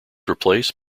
replaced